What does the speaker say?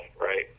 right